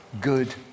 good